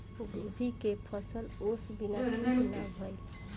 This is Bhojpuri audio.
गोभी के फसल ओस बिना ठीक ना भइल